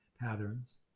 patterns